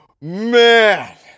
man